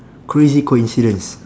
crazy coincidence